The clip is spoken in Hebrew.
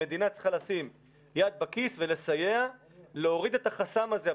המדינה צריכה לשים היד בכיס ולסייע להוריד את החסם זה,